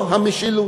או המשילות.